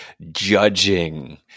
judging